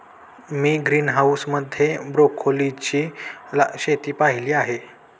मी greenhouse मध्ये ब्रोकोलीची शेती पाहीली आहे